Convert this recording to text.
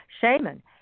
shaman